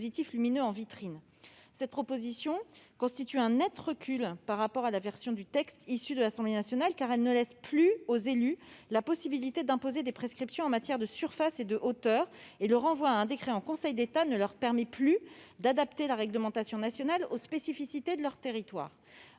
Cette proposition constitue un net recul par rapport à la rédaction issue de l'Assemblée nationale, car elle ne laisse plus aux élus la possibilité d'imposer des prescriptions en matière de surface et de hauteur ; le renvoi à un décret en Conseil d'État ne leur permet plus d'adapter la réglementation nationale aux spécificités de leur territoire.